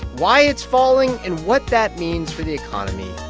why it's falling and what that means for the economy